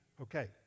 Okay